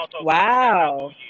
Wow